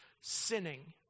sinning